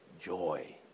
joy